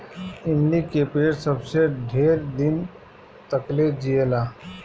इमली के पेड़ सबसे ढेर दिन तकले जिएला